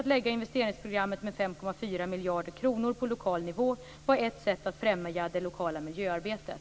Att lägga investeringsprogrammet med 5,4 miljarder kronor på lokal nivå var ett sätt att främja det lokala miljöarbetet.